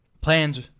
Plans